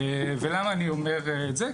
ולמה אני אומר את זה?